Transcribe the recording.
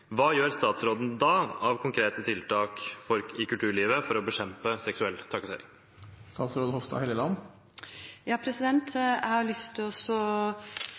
Hva gjør statsråden da av konkrete tiltak i kulturlivet for å bekjempe seksuell trakassering?» Jeg har lyst til å starte med å si at jeg